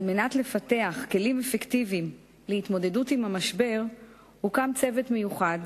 על מנת לפתח כלים אפקטיביים להתמודדות עם המשבר הוקם צוות מיוחד